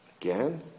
again